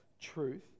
Truth